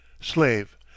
Slave